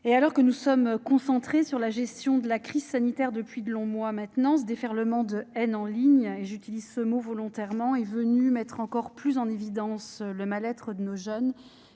Alors que nous sommes concentrés sur la gestion de la crise sanitaire depuis de longs mois maintenant, ce déferlement de haine en ligne- j'utilise ce mot volontairement -est venu mettre encore plus en évidence le mal-être des jeunes,